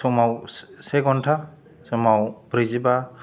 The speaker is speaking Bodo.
समाव से घण्टा समाव ब्रैजिबा